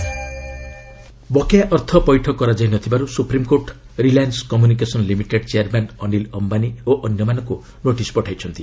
SC Ericsson ବକେୟା ଅର୍ଥ ପୈଠ କରାନଯାଇଥିବାରୁ Supreme Court Reliance Communication Limited chairman Anil Ambani ଓ ଅନ୍ୟମାନଙ୍କୁ ନୋଟିସ୍ ପଠାଇଛନ୍ତି